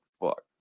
fuck